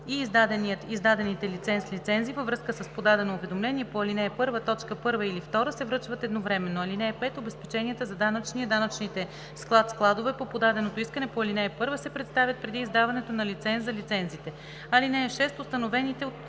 лиценз/лицензи във връзка с подадено уведомление по ал. 1, т. 1 или 2 се връчват едновременно. (5) Обезпеченията за данъчния/данъчните склад/складове по подаденото искане по ал. 1 се представят преди издаването на лиценза/лицензите. (6) Установените от